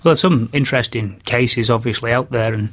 but some interesting cases obviously out there,